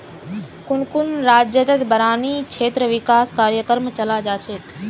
कुन कुन राज्यतत बारानी क्षेत्र विकास कार्यक्रम चला छेक